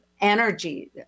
energy